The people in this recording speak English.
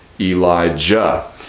Elijah